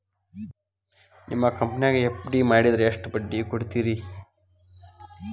ನಿಮ್ಮ ಕಂಪನ್ಯಾಗ ಎಫ್.ಡಿ ಮಾಡಿದ್ರ ಎಷ್ಟು ಬಡ್ಡಿ ಕೊಡ್ತೇರಿ?